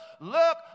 Look